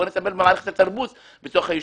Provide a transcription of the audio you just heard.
בואו נטפל במערכת התרבות בתוך היישוב,